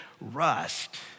rust